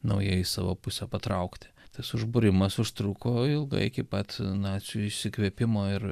naujai į savo pusę patraukti tas užbūrimas užtruko ilgai iki pat nacių išsikvėpimo ir